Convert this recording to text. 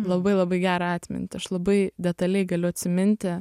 labai labai gerą atmintį aš labai detaliai galiu atsiminti